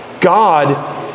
God